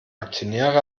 aktionäre